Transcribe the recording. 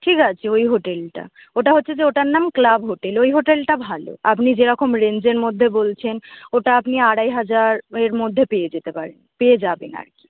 ঠিক আছে ওই হোটেলটা ওটা হচ্ছে যে ওটার নাম ক্লাব হোটেল ওই হোটেলটা ভালো আপনি যেরকম রেঞ্জের মধ্যে বলছেন ওটা আপনি আড়াই হাজার এর মধ্যে পেয়ে যেতে পারেন পেয়ে যাবেন আর কি